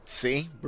See